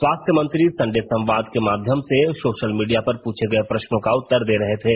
स्वास्थ्य मंत्री सन्डे संवाद के माध्यम से सोशल मीडिया पर पुछे गये प्रश्नो का उत्तर दे रहे थे